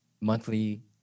monthly